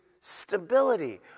stability